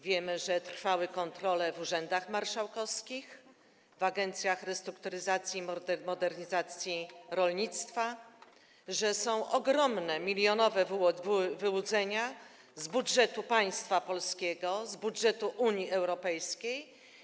Wiemy, że trwały kontrole w urzędach marszałkowskich, w agencjach restrukturyzacji i modernizacji rolnictwa, że są ogromne, milionowe wyłudzenia z budżetu państwa polskiego, z budżetu Unii Europejskiej.